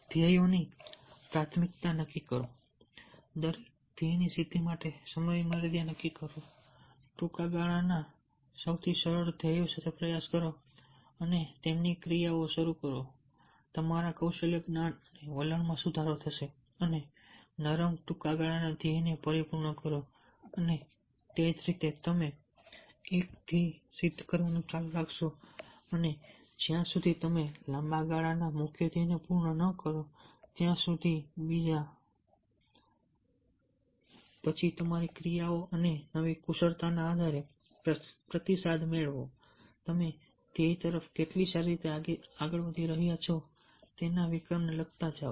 ધ્યેયોની પ્રાથમિકતા નક્કી કરો દરેક ધ્યેયની સિદ્ધિ માટે સમયમર્યાદા નક્કી કરો ટૂંકા ગાળાના સૌથી સરળ ધ્યેય સાથે પ્રયાસ કરો અને તેમની ક્રિયાઓ શરૂ કરો તમારા કૌશલ્ય જ્ઞાન અને વલણમાં સુધારો કરો અને નરમ ટૂંકા ગાળાના ધ્યેયને પરિપૂર્ણ કરો અને તે જ રીતે તમે એક ધ્યેય સિદ્ધ કરવાનું ચાલુ રાખશો અને જ્યાં સુધી તમે લાંબા ગાળાના મુખ્ય ધ્યેયને પૂર્ણ ન કરો ત્યાં સુધી બીજા પછી તમારી ક્રિયાઓ અને નવી કુશળતાના આધારે પ્રતિસાદ મેળવો તમે ધ્યેય તરફ કેટલી સારી રીતે આગળ વધી રહ્યા છો તેના વિક્રમને લખતા જાઓ